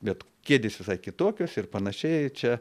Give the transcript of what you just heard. bet kėdės visai kitokios ir panašiai čia